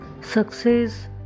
Success